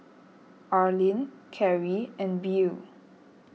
Arlin Carie and Beau